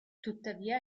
tuttavia